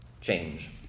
change